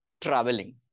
traveling